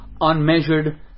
unmeasured